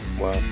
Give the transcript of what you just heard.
Wow